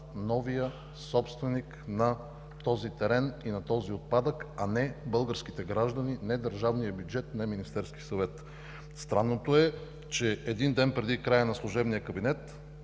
новия собственик на този терен и на този отпадък, а не българските граждани, не държавния бюджет, Министерския съвет. Странното е, че един ден преди края на служебния кабинет